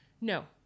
No